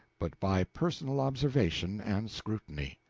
but by personal observation and scrutiny.